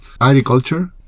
agriculture